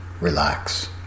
relax